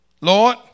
Lord